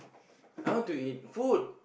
I want to eat food